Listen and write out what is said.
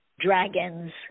dragons